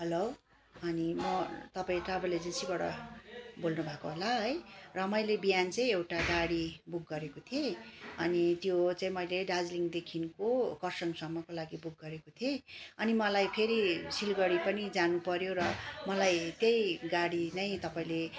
hello अनि म तपाईँ ट्राभल एजेन्सीबाट बोल्नुभएको होला है र मैले बिहान चाहिँ एउटा गाडी बुक गरेको थिएँ अनि त्यो चाहिँ मैले दार्जिलिङदेखिको खरसाङसम्मको लागि बुक गरेको थिएँ अनि मलाई फेरि सिलगढी पनि जानुपऱ्यो र मलाई त्यही गाडी नै तपाईँले